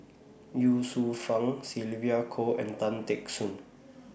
Ye Shufang Sylvia Kho and Tan Teck Soon